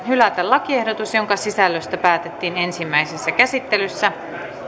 hylätä lakiehdotus jonka sisällöstä päätettiin ensimmäisessä käsittelyssä